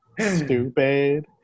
stupid